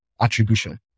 attribution